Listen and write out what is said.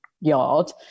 yard